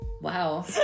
Wow